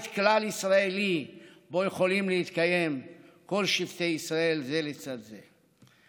כלל-ישראלי שבו יכולים להתקיים כל שבטי ישראל זה לצד זה.